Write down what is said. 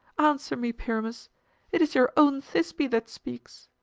answer me, pyramus it is your own thisbe that speaks.